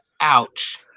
ouch